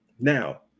Now